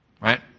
right